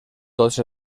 tots